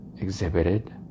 exhibited